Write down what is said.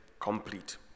complete